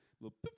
little